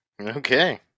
Okay